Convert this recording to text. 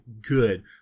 good